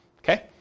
Okay